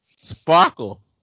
Sparkle